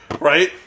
right